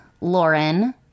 lauren